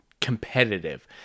competitive